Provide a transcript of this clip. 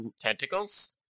tentacles